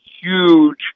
huge